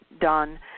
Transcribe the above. done